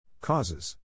Causes